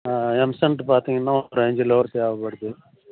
M sand பார்த்திங்கன்னா ஒரு அஞ்சு லோடு தேவைப்படுது